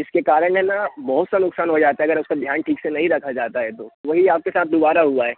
इसके कारण है ना बहुत सा नुकसान हो जाता है अगर उसका ध्यान ठीक से नहीं रखा जाता है तो वही आपके साथ दोबारा हुआ है